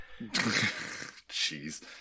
Jeez